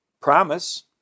promise